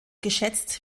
geschätzt